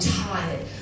tired